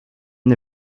the